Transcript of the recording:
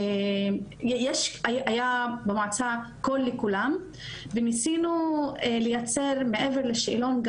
היה במועצה קול לכולם וניסינו לייצר מעבר לשאלון,